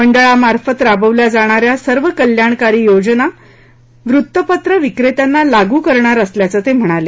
मंडळामार्फत राबवल्या जाणाऱ्या सर्व कल्याणकारी योजना वृत्तपत्र विक्रेत्यांना लागू करणार असल्याचं ते म्हणाले